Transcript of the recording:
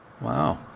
Wow